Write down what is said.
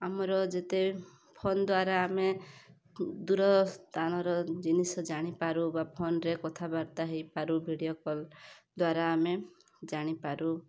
ଆମର ଯେତେ ଫୋନ୍ ଦ୍ୱାରା ଆମେ ଦୂରସ୍ଥାନର ଜିନିଷ ଜାଣିପାରୁ ବା ଫୋନ୍ରେ କଥାବାର୍ତ୍ତା ହେଇପାରୁ ଭିଡ଼ିଓ କଲ୍ ଦ୍ୱାରା ଆମେ ଜାଣିପାରୁ